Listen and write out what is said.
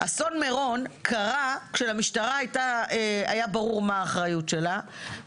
אסון מירון קרה כשלמשטרה היה ברור מה האחריות שלה,